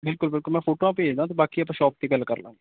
ਬਿਲਕੁਲ ਬਿਲਕੁਲ ਮੈਂ ਫੋਟੋਆਂ ਭੇਜਦਾ ਅਤੇ ਬਾਕੀ ਆਪਾਂ ਸ਼ੋਪ 'ਤੇ ਗੱਲ ਕਰ ਲਾਂਗੇ